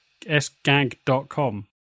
sgag.com